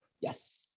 Yes